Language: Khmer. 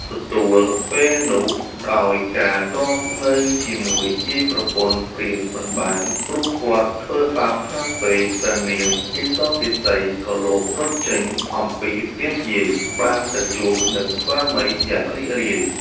ទទួលពេលនោះដោយការទ្រាំនៅជាមួយយាយប្រពន្ធព្រានមិនបាន ព្រោះគាត់ធ្វើបាបខ្លាំងពេក ព្រះនាងកេសកេសី ក៏លបរត់ចេញ អំពីផ្ទះយាយ បានទៅជួបនឹងស្វាមីយ៉ាងរីករាយ។